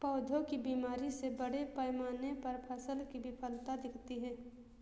पौधों की बीमारी से बड़े पैमाने पर फसल की विफलता दिखती है